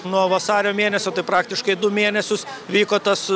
nuo vasario mėnesio tai praktiškai du mėnesius vyko tas